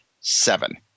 seven